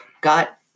got